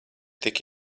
tik